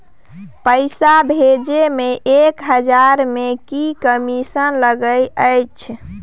पैसा भैजे मे एक हजार मे की कमिसन लगे अएछ?